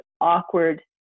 awkward